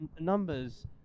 numbers